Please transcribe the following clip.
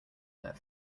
their